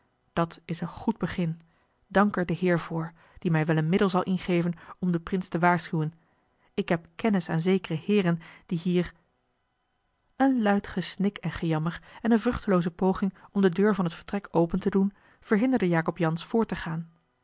dat is een goed begin dank er den heer voor die mij wel een middel zal ingeven om den prins te waarschuwen ik heb kennis aan zekere heeren die hier een luid gesnik en gejammer en eene vruchtelooze poging om de deur van het vertrek open te doen verhinderden jacob jansz voort te gaan